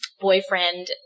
boyfriend